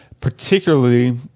particularly